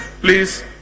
Please